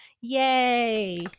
Yay